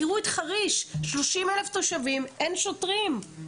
תראו את חריש, 30,000 תושבים, אין שוטרים.